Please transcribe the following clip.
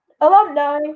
alumni